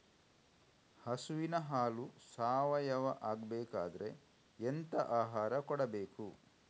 ಹಸುವಿನ ಹಾಲು ಸಾವಯಾವ ಆಗ್ಬೇಕಾದ್ರೆ ಎಂತ ಆಹಾರ ಕೊಡಬೇಕು?